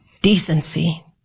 decency